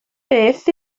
beth